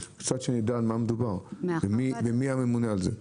קצת שנדע על מה מדובר ומי הממונה על זה.